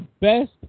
best